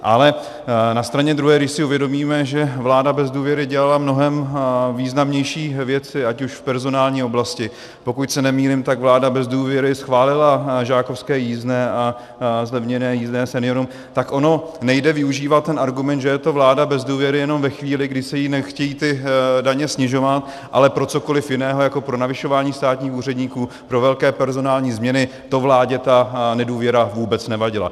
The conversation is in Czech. Ale na straně druhé, když si uvědomíme, že vláda bez důvěry dělala mnohem významnější věci, ať už v personální oblasti, pokud se nemýlím, tak vláda bez důvěry schválila žákovské jízdné a zlevněné jízdné seniorům, tak ono nejde využívat argument, že je to vláda bez důvěry jenom ve chvíli, kdy se jí nechtějí daně snižovat, ale pro cokoliv jiného, jako pro navyšování státních úředníků, pro velké personální změny, to vládě ta nedůvěra vůbec nevadila.